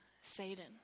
Satan